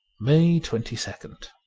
may twenty second